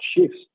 shifts